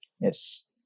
yes